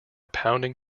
pounding